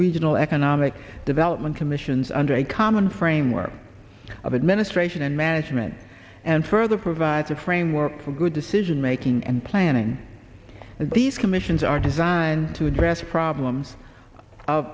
regional economic development commissions under a common framework of administration and management and further provides a framework for good decision making and planning as these commissions are designed to address problems o